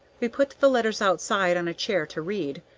we put the letters outside on a chair to read,